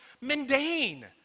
mundane